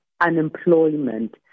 unemployment